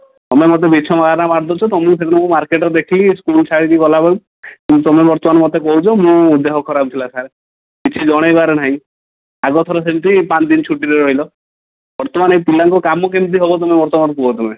ତୁମେ ମୋତେ ମିଛ ବାହାନା ମାରି ଦେଉଛ ତୁମକୁ ସେଦିନ ମୁଁ ମାର୍କେଟରେ ଦେଖିଲି ସ୍କୁଲ୍ ସାରିକି ଗଲା ବେଳକୁ ତୁମେ ବର୍ତ୍ତମାନ ମୋତେ କହୁଛ ମୁଁ ଦେହ ଖରାପ ଥିଲା ସାର୍ କିଛି ଜଣାଇବାର ନାହିଁ ଆଗଥର ସେମିତି ପାଞ୍ଚଦିନ ଛୁଟିରେ ରହିଲ ବର୍ତ୍ତମାନ ଏ ପିଲାଙ୍କ କାମ କେମିତି ହେବ ତୁମେ ବର୍ତ୍ତମାନ କୁହ ତୁମେ